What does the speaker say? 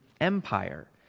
Empire